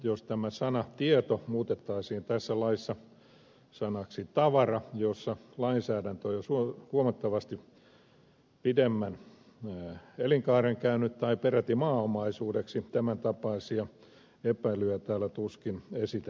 jos tämä sana tieto muutettaisiin tässä laissa sanaksi tavara jossa lainsäädäntö on jo huomattavasti pidemmän elinkaaren käynyt tai peräti maanomaisuudeksi tämän tapaisia epäilyjä täällä tuskin esitettäisiin